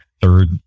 third